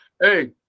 Hey